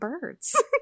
birds